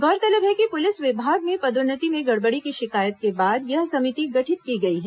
गौरतलब है कि पुलिस विभाग में पदोन्नति में गड़बड़ी की शिकायत के बाद यह समिति गठित की गई है